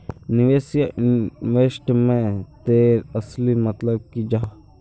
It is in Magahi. निवेश या इन्वेस्टमेंट तेर असली मतलब की जाहा?